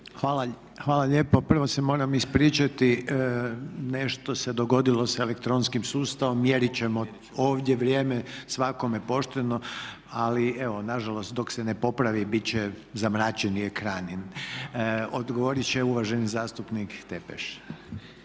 Hvala lijepo. Prvo se moram ispričati, nešto se dogodilo sa elektronskim sustavom, mjeriti ćemo ovdje vrijeme, svakome pošteno, ali evo nažalost dok se ne popravi biti će zamračeni ekrani. Odgovoriti će uvaženi zastupnik Tepeš.